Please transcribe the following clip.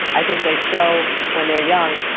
i think they show, when they're young,